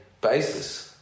basis